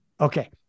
Okay